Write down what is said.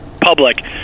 public